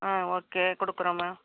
ஆ okay கொடுக்குறோம்மா